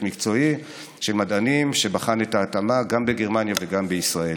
מקצועי של מדענים שבחן את ההתאמה גם בגרמניה וגם בישראל.